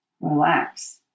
Relax